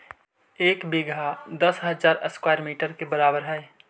एक बीघा दस हजार स्क्वायर मीटर के बराबर हई